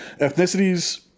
ethnicities